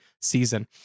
season